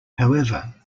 however